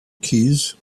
keys